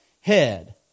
head